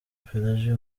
pelagie